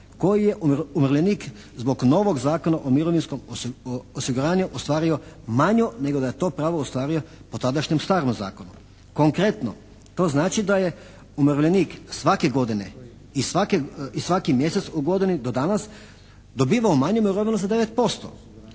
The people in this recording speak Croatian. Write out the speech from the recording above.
koju je umirovljenik zbog novog Zakona o mirovinskom osiguranju ostvario manju nego da je to pravo ostvario po tadašnjem starom zakonu. Konkretno to znači da je umirovljenik svake godine i svaki mjesec u godini do danas dobivao manju mirovinu za 9%